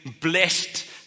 blessed